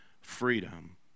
freedom